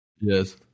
Yes